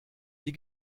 die